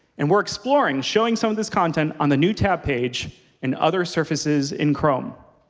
and we're exploring showing some of this content on the new tab page and other surfaces in chrome.